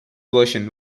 version